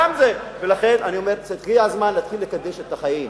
לכן אני אומר, הגיע הזמן לקדש את החיים,